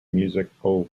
musical